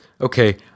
okay